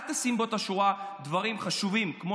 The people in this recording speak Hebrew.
אל תשים באותה שורה דברים חשובים כמו